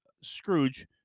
Scrooge